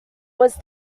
was